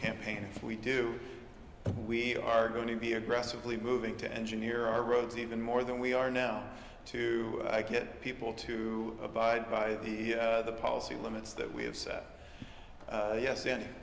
campaign if we do we are going to be aggressively moving to engineer our roads even more than we are now to i get people to abide by the policy limits that we have set yes and